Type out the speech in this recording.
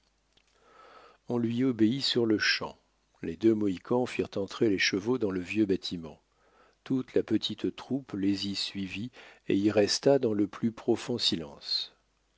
on lui obéit sur-le-champ les deux mohicans firent entrer les chevaux dans le vieux bâtiment toute la petite troupe les y suivit et y resta dans le plus profond silence